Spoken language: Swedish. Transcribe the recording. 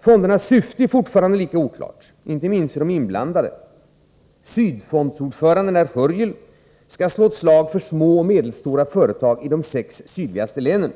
Fondernas syfte är fortfarande lika oklart, inte minst för de inblandade. Sydfondsordföranden herr Hörjel skall slå ett slag för små och medelstora företag i de sex sydligaste länen.